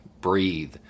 breathe